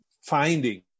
finding